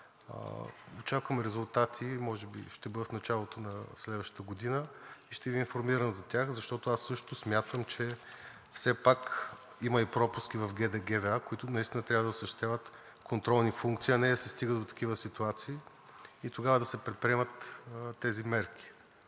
очаквам резултати, може би ще бъде в началото на следващата година, и ще Ви информирам за тях, защото аз също смятам, че все пак има и пропуски в ГД ГВА, които наистина трябва да осъществяват контролни функции, а не да се стига до такива ситуации и тогава да се предприемат тези мерки.